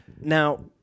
Now